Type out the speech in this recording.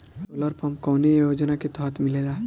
Solar pump कौने योजना के तहत मिलेला?